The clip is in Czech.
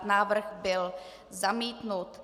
Návrh byl zamítnut.